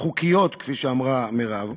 החוקיות, כפי שאמרה מרב,